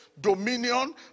dominion